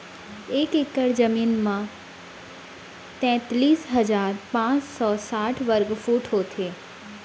एक एकड़ जमीन मा तैतलीस हजार पाँच सौ साठ वर्ग फुट होथे